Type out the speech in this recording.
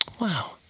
Wow